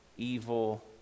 evil